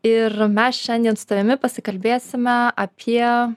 ir mes šiandien su tavimi pasikalbėsime apie